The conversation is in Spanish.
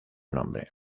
nombre